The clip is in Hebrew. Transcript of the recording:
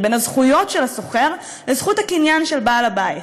את הזכויות של השוכר וזכות הקניין של בעל-הבית.